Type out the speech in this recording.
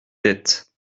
têtes